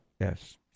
Yes